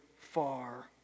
far